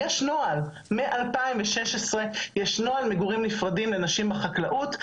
יש נוהל מ-2016 יש נוהל מגורים נפרדים לנשים בחקלאות.